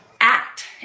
act